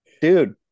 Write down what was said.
Dude